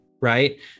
right